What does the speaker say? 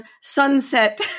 sunset